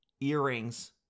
earrings